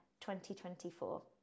2024